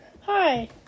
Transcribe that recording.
hi